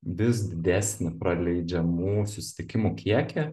vis didesnį praleidžiamų susitikimų kiekį